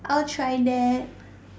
I'll try that